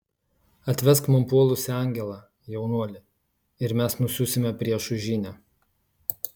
atvesk man puolusį angelą jaunuoli ir mes nusiųsime priešui žinią